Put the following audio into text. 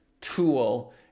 tool